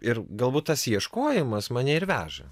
ir galbūt tas ieškojimas mane ir veža